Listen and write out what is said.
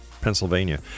Pennsylvania